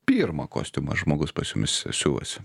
pirmą kostiumą žmogus pas jumis siuvasi